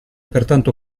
pertanto